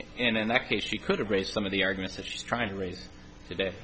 and in that case she could raise some of the arguments that she's trying to raise today